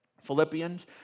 Philippians